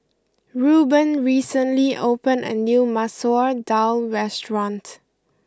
Ruben recently opened a new Masoor Dal restaurant